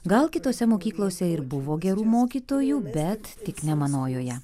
gal kitose mokyklose ir buvo gerų mokytojų bet tik ne manojoje